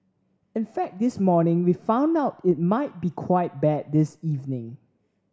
in fact this morning we found out it might be quite bad this evening